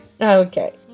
Okay